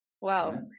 Wow